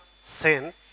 sin